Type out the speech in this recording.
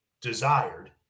desired